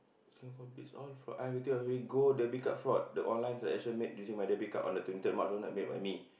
Singapore beats all fraud I have all the way gold debit card fraud the online transaction made using my debit card on the twenty third March was not made by me